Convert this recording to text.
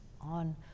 on